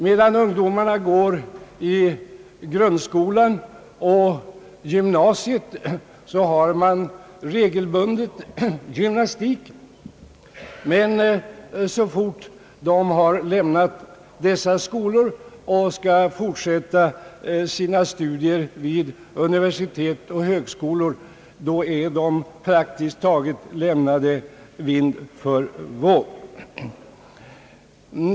Medan ungdomarna går i grundskolan och på gymnasiet har de regelbundet gymnastik, men så snart de har lämnat dessa skolor och skall fortsätta sina studier vid universitet och högskolor är de praktiskt taget lämnade vind för våg.